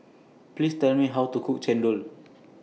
Please Tell Me How to Cook Chendol